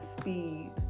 speed